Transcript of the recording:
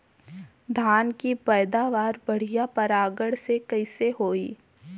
धान की पैदावार बढ़िया परागण से कईसे होई?